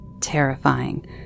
terrifying